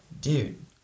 Dude